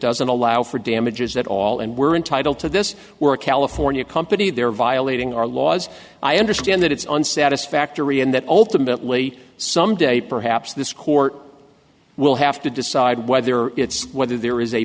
doesn't allow for damages at all and we're entitled to this we're a california company they're violating our laws i understand that it's on satisfactory and that ultimately some day perhaps this court will have to decide whether it's whether